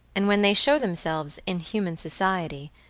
and when they show themselves in human society,